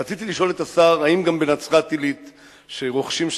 רציתי לשאול את השר: האם גם בנצרת-עילית,